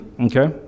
okay